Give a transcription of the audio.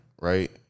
right